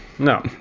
No